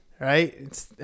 Right